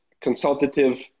consultative